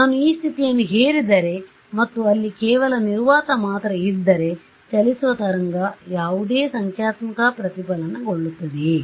ನಾನು ಈ ಸ್ಥಿತಿಯನ್ನು ಹೇರಿದರೆ ಮತ್ತು ಅಲ್ಲಿ ಕೇವಲ ನಿರ್ವಾತ ಮಾತ್ರ ಇದ್ದರೆ ಚಲಿಸುವ ತರಂಗವು ಯಾವುದೇ ಸಂಖ್ಯಾತ್ಮಕ ಪ್ರತಿಫಲನಗೊಳ್ಳುತ್ತದೆಯೇ